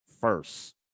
first